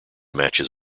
matches